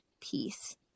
peace